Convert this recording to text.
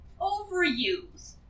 overuse